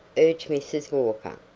urged mrs. walker,